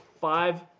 five